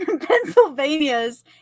Pennsylvania's